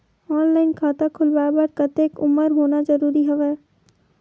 Online खाता खुलवाय बर कतेक उमर होना जरूरी हवय?